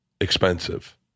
expensive